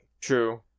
True